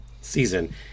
Season